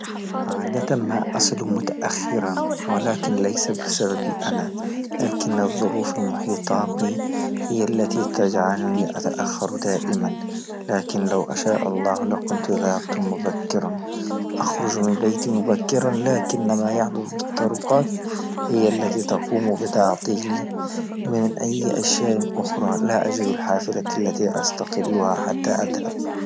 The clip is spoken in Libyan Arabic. عادة ما أصل متأخرا ولكن ليس بسبب أنا، لكن الظروف المحيطة بي هي التي تجعلني أتأخر دائما، لكن لو أشاء الله لكنت ذهبت مبكرا أخرج من بيتي مبكرا لكن ما يحدث بالطرقات هي التي تقوم بتعطيلي من أي أشياء أخرى لا أجد الحافلة التي أستقلها حتى أذهب.